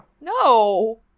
No